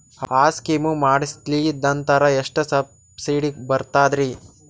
ಆ ಸ್ಕೀಮ ಮಾಡ್ಸೀದ್ನಂದರ ಎಷ್ಟ ಸಬ್ಸಿಡಿ ಬರ್ತಾದ್ರೀ?